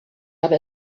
habe